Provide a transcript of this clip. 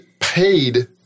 paid